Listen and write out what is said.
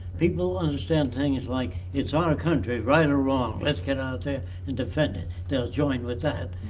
people understand things like it's our country, right or wrong? let's get out there and defend it! they'll join with that.